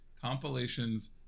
compilations